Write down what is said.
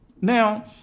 Now